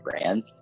brand